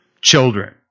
children